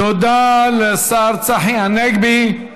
תודה לשר צחי הנגבי.